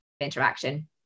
interaction